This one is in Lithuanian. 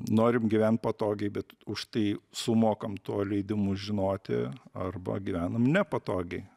norim gyvent patogiai bet už tai sumokam tuo leidimu žinoti arba gyvenam nepatogiai